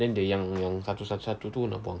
then the yang yang satu satu satu tu nak buang